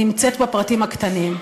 נמצאת בפרטים הקטנים.